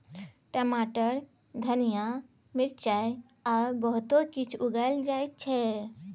टमाटर, धनिया, मिरचाई आ बहुतो किछ उगाएल जाइ छै